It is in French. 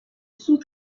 sous